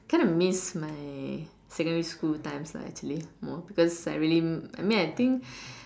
kind of miss my secondary school times lah actually more because I really I mean I think